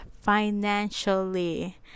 financially